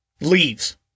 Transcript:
leaves